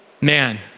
man